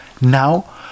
now